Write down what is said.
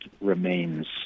remains